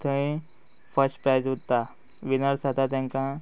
थंय first prize उरता winners जाता तांकां